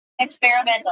Experimental